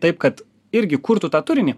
taip kad irgi kurtų tą turinį